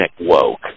woke